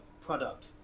product